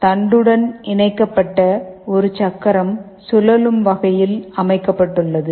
தண்டுடன் இணைக்கப்பட்ட ஒரு சக்கரம் சுழலும் வகையில் அமைக்கப்பட்டுள்ளது